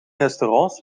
restaurants